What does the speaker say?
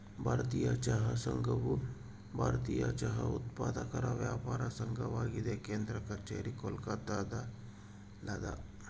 ಭಾರತೀಯ ಚಹಾ ಸಂಘವು ಭಾರತೀಯ ಚಹಾ ಉತ್ಪಾದಕರ ವ್ಯಾಪಾರ ಸಂಘವಾಗಿದೆ ಕೇಂದ್ರ ಕಛೇರಿ ಕೋಲ್ಕತ್ತಾದಲ್ಯಾದ